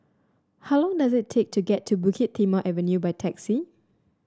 how long does it take to get to Bukit Timah Avenue by taxi